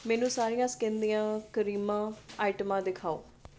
ਮੈਨੂੰ ਸਾਰੀਆਂ ਸਕਿਨ ਦੀਆਂ ਕਰੀਮਾਂ ਆਈਟਮਾਂ ਦਿਖਾਓ